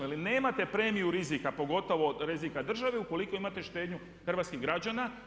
Jer nemate premiju rizika, pogotovo od rizika države ukoliko imate štednju hrvatskih građana.